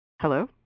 Hello